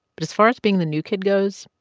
but as far as being the new kid goes,